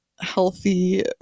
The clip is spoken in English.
healthy